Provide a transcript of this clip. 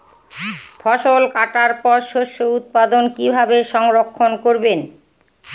ফসল কাটার পর শস্য উৎপাদন কিভাবে সংরক্ষণ করবেন?